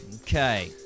Okay